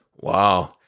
wow